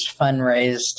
fundraised